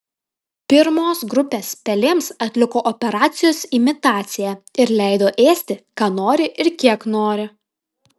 pirmos grupės pelėms atliko operacijos imitaciją ir leido ėsti ką nori ir kiek nori